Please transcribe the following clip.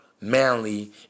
manly